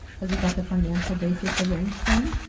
has he got the financial basis arranged then?